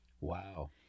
Wow